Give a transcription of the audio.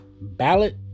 ballot